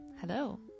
Hello